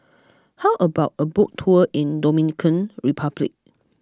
how about a boat tour in Dominican Republic